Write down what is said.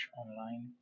online